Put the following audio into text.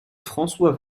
françois